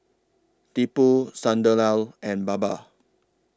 Tipu Sunderlal and Baba